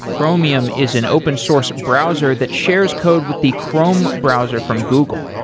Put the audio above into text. chromium is an open source browser that shares code with the chrome browser from google.